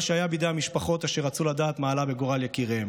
זה כל מה שהיה בידי המשפחות אשר רצו לדעת מה עלה בגורל יקיריהן.